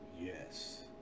yes